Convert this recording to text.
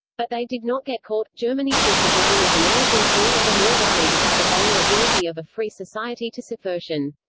but they did not get caught germany took the blame as americans grew ever more worried about the vulnerability of a free society to subversion.